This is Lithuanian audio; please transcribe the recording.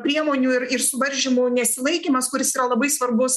priemonių ir ir suvaržymų nesilaikymas kuris yra labai svarbus